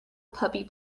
puppy